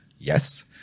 Yes